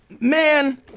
Man